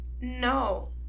no